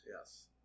yes